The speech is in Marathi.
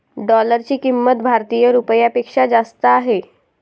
डॉलरची किंमत भारतीय रुपयापेक्षा जास्त आहे